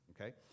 okay